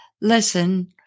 listen